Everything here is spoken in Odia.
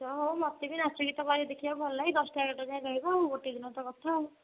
ଆଚ୍ଛା ହଉ ମୋତେ ବି ନାଚ ଗୀତ ଦେଖିବାକୁ ଭାରି ଭଲ ଲାଗେ ସେଇ ଦଶଟା ଏଗାରଟା ଯାଏଁ ରହିବା ଗୋଟେ ଦିନର ତ କଥା ଆଉ